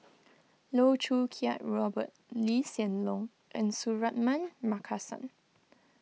Loh Choo Kiat Robert Lee Hsien Loong and Suratman Markasan